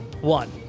one